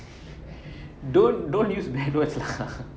don't don't use behavior